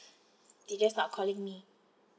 they're just not calling me